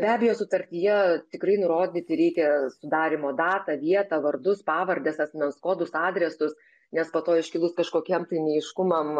be abejo sutartyje tikrai nurodyti reikia sudarymo datą vietą vardus pavardes asmens kodus adresus nes po to iškilus kažkokiem tai neaiškumam